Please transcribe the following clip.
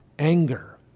anger